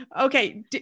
okay